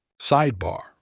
Sidebar